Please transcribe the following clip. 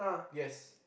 yes